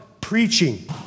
preaching